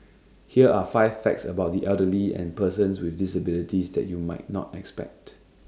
here are five facts about the elderly and persons with disabilities that you might not expect